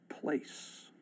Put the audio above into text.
place